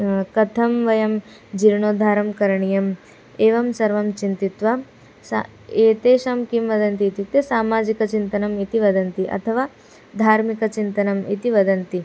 कथं वयं जीर्णोद्धारं करणीयम् एवं सर्वं चिन्तयित्वा सा एतेषां किं वदन्ति इत्युक्ते सामाजिकचिन्तनम् इति वदन्ति अथवा धार्मिकचिन्तनम् इति वदन्ति